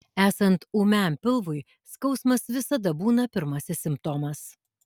esant ūmiam pilvui skausmas visada būna pirmasis simptomas